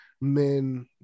men